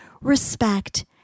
respect